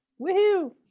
Woohoo